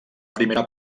primera